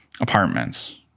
apartments